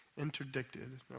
interdicted